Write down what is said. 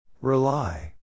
Rely